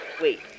Wait